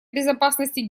безопасности